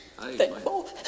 thankful